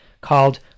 called